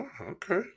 Okay